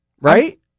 Right